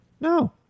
No